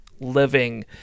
living